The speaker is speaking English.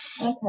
Okay